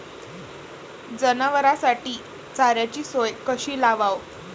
जनावराइसाठी चाऱ्याची सोय कशी लावाव?